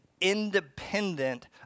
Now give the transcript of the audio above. independent